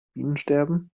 bienensterben